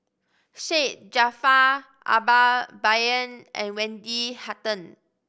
Syed Jaafar Albar Bai Yan and Wendy Hutton